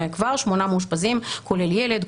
וכבר שמונה מאושפזים כולל ילד,